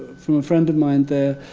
from a friend of mine there,